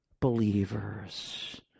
believers